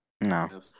No